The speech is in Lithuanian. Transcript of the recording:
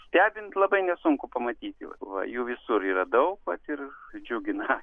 stebint labai nesunku pamatyti va jų visur yra daug vat ir džiugina